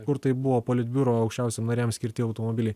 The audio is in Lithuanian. kur tai buvo politbiuro aukščiausiem nariam skirti automobiliai